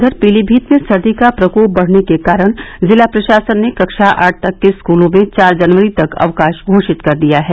उधर पीलीमीत में सर्दी का प्रकोप बढ़ने की कारण ज़िला प्रशासन ने कक्षा आठ तक के स्कूलों में चार जनवरी तक अवकाश घोषित कर दिया है